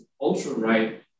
ultra-right